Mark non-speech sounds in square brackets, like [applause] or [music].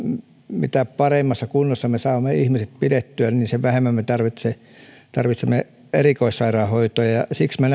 mitä paremmassa kunnossa me saamme ihmiset pidettyä sen vähemmän me tarvitsemme erikoissairaanhoitoa siksi minä [unintelligible]